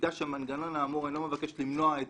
יודגש שהמנגנון האמור אינו מבקש למנוע את